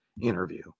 Interview